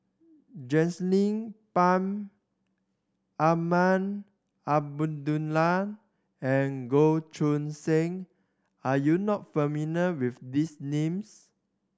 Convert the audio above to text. Pang Azman Abdullah and Goh Choo San are you not familiar with these names